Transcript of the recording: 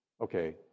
okay